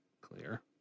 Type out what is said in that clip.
clear